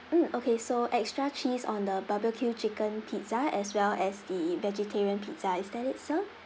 mm okay so extra cheese on the barbecue chicken pizza as well as the vegetarian pizza is that it sir